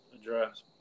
address